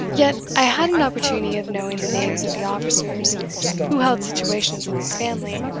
yet i had an opportunity of knowing the names of the officers who held situations in his family,